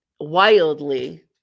wildly